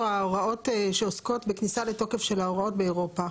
ההוראות שעוסקות בכניסה לתוקף של ההוראות באירופה.